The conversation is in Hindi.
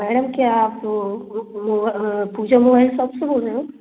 मैडम क्या आप वो पूजा मोबाइल सॉप से बोल रहे हैं